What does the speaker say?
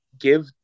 give